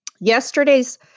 yesterday's